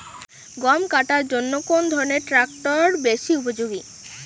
গম কাটার জন্য কোন ধরণের ট্রাক্টর বেশি উপযোগী?